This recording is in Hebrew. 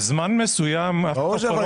ברור.